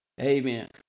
Amen